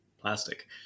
plastic